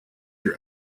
your